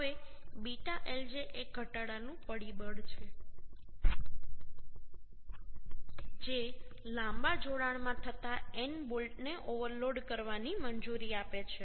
હવે β lj એ ઘટાડાનું પરિબળ છે જે લાંબા જોડાણમાં થતા n બોલ્ટને ઓવરલોડ કરવાની મંજૂરી આપે છે